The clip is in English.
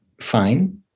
fine